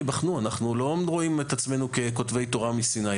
הם ייבחנו אנחנו לא רואים את עצמנו ככותבי תורה מסיני.